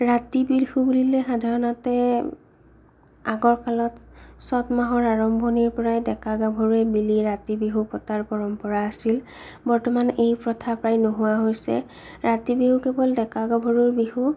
ৰাতি বিহু বুলিলে সাধাৰণতে আগৰ কালত চত মাহৰ আৰম্ভণিৰ পৰাই ডেকা গাভৰুৱে মিলি ৰাতি বিহু পতাৰ পৰম্পৰা আছিল বৰ্তমান এই প্ৰথা প্ৰায়ে নোহোৱা হৈছে ৰাতি বিহু কেৱল ডেকা গাভৰুৰ বিহু